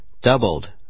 Doubled